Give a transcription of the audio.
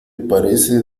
parece